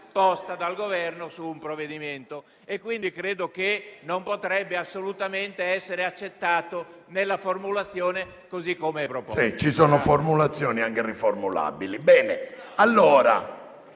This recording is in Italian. dal Governo su un provvedimento. Pertanto, credo che non potrebbe assolutamente essere accettato nella formulazione così come è proposta.